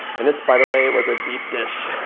and this, by the way, was a deep dish.